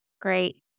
great